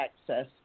access